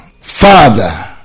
Father